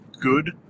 good